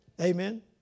Amen